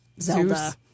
Zelda